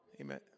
Amen